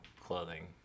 clothing